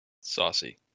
saucy